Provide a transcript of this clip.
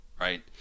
right